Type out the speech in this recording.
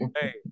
hey